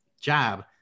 job